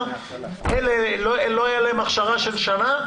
אלה שלא הייתה להם אכשרה של שנה,